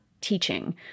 teaching